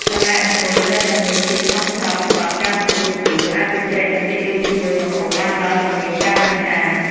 កន្លែងអង្គុយត្រូវតែមានភាពសមស្របសម្រាប់ការទទួលភ្ញៀវ អាចជជែកនិងរីករាយជាមួយម្ហូបបានដោយមិនមានការរំខាន។